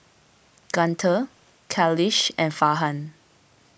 Guntur Khalish and Farhan